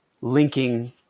linking